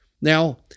now